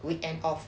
weekend off